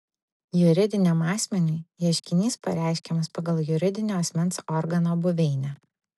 juridiniam asmeniui ieškinys pareiškiamas pagal juridinio asmens organo buveinę